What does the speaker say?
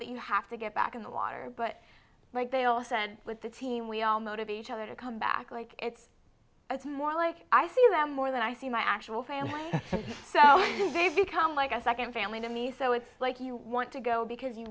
that you have to get back in the water but like they all said with the team we all motivate each other to come back like it's it's more like i see them more than i see my actual family so they've become like a second family to me so it's like you want to go because you